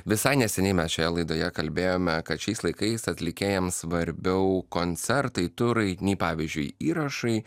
visai neseniai mes šioje laidoje kalbėjome kad šiais laikais atlikėjams svarbiau koncertai turai nei pavyzdžiui įrašai